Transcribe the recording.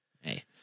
hey